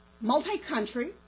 multi-country